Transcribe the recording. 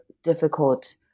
difficult